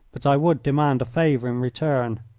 but i would demand a favour in return.